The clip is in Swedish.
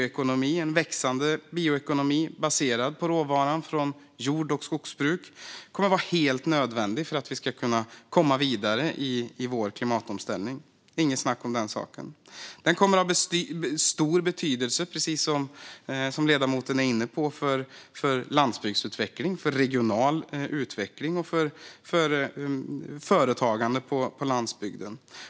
En växande bioekonomi baserad på råvaran från jordbruk och skogsbruk kommer att vara helt nödvändig för att vi ska kunna komma vidare i vår klimatomställning. Det är inget snack om den saken. Den kommer att ha stor betydelse, precis som ledamoten är inne på, för landsbygdsutveckling, för regional utveckling och för företagande på landsbygden.